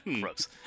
gross